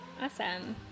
Awesome